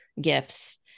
gifts